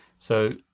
so,